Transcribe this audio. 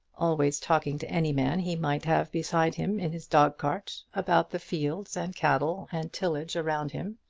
always talking to any man he might have beside him in his dog-cart about the fields and cattle and tillage around him,